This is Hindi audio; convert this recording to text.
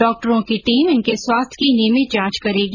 डॉक्टरों की टीम इनके स्वास्थ्य की नियमित जांच करेगी